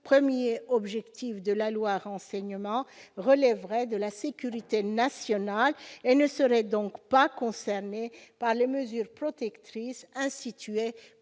premier objectif de la loi sur le renseignement, relèverait de la sécurité nationale et ne serait donc pas concernée par les mesures protectrices instituées